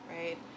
right